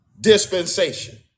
dispensation